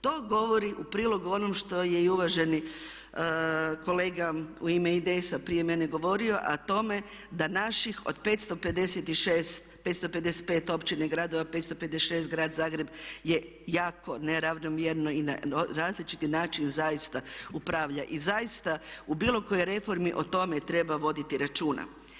To govori u prilog onom što je i uvaženi kolega u ime IDS-a prije mene govorio a o tome da naših od 555 općina i gradova, 556 grad Zagreb je jako neravnomjerno i na različiti način zaista upravlja i zaista u bilo kojoj reformi o tome treba voditi računa.